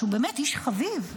שהוא באמת איש חביב,